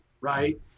right